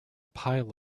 pile